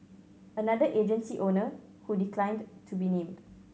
another agency owner who declined to be named